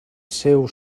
seu